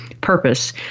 purpose